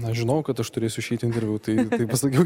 aš žinojau kad aš turėsiu išei į dirvą tai pasakiau